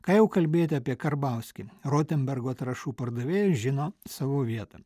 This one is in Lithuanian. ką jau kalbėti apie karbauskį rotenbergo trąšų pardavėjas žino savo vietą